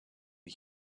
the